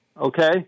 Okay